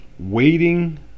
waiting